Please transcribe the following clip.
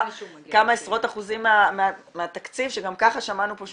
כמה עשרות אחוזים מהתקציב שגם ככה שמענו פה שהוא